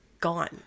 gone